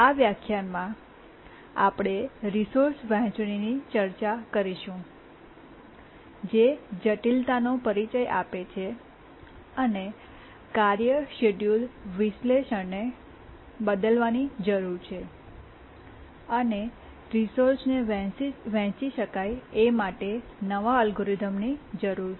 આ વ્યાખ્યાનમાં આપણે રિસોર્સ વહેંચણીની ચર્ચા કરીશું જે જટિલતાનો પરિચય આપે છે અને કાર્ય શેડ્યૂલ વિશ્લેષણને બદલવાની જરૂર છે અને રિસોર્સને વહેંચી શકાય એ માટે નવા અલ્ગોરિધમની જરૂર છે